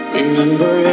Remember